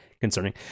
concerning